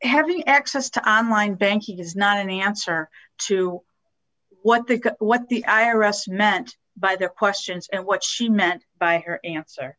every access to online banking is not an answer to what the what the i r s meant by the questions and what she meant by her answer